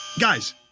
Guys